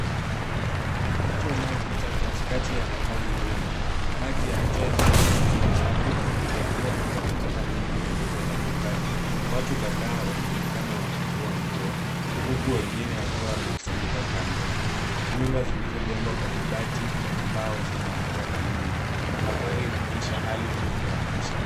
Mto unaopita katikati ya makazi duni. Maji ya mto yanaoenaka machafu, yakiwa na takataka nyingi zilizotapakaa. Watu kadhaa wanaonekana wakifua nguo, huku wengine wakiwa wamekusanyika kando. Nyumba zilizojengwa kwa mabati na mbao zinaonekana nyuma. Mandhari inaonyesha hali ngumu ya maisha.